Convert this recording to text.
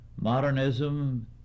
Modernism